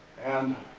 and,